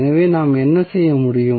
எனவே நாம் என்ன செய்ய முடியும்